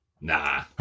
nah